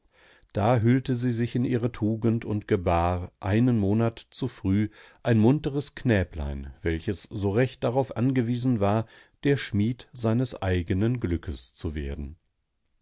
da hüllte sie sich in ihre tugend und gebar einen monat zu früh ein munteres knäblein welches so recht darauf angewiesen war der schmied seines eigenen glückes zu werden